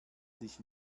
sich